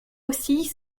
oscille